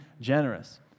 generous